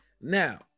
now